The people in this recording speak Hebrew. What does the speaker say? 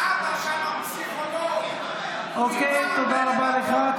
עכשיו הוא פסיכולוג, אוקיי, תודה רבה לך.